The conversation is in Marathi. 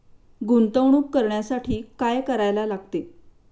गुंतवणूक करण्यासाठी काय करायला लागते?